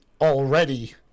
already